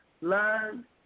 learn